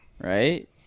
Right